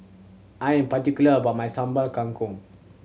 I am particular about my Sambal Kangkong